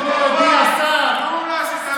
כבר לא חבר כנסת.